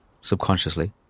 subconsciously